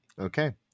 Okay